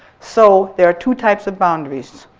so there are two types of boundaries.